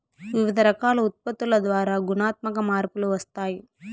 వివిధ రకాల ఉత్పత్తుల ద్వారా గుణాత్మక మార్పులు వస్తాయి